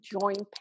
joint